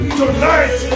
tonight